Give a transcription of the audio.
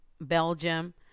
Belgium